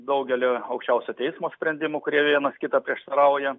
daugelio aukščiausio teismo sprendimų kurie vienas kitą prieštarauja